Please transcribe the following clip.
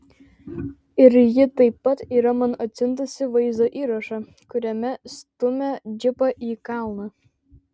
ir ji taip pat yra man atsiuntusi vaizdo įrašą kuriame stumia džipą į kalną